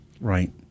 Right